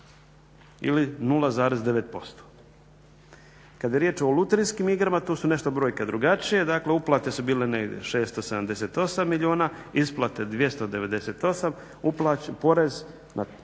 ili 0,9%. Kada je riječ o lutrijskim igrama, tu su nešto brojke drugačije, dakle uplate su bile negdje 678 milijuna, isplate 298, porez